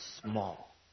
small